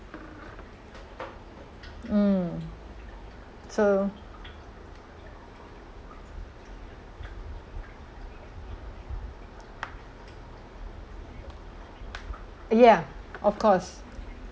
mm so ya of course